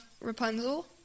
Rapunzel